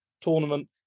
tournament